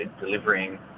delivering